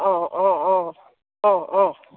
অঁ অঁ অঁ অঁ অঁ